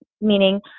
meaning